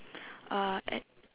uh at